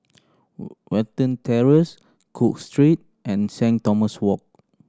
Watten Terrace Cook Street and Saint Thomas Walk